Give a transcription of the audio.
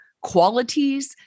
qualities